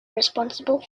responsible